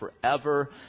forever